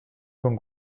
con